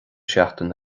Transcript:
seachtain